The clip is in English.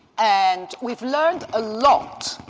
and we've learned a lot.